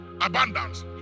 Abundance